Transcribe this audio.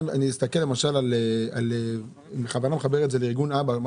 אני בכוונה מחבר את זה לארגון אב"א ארגון בתי אבות ודיור מוגן,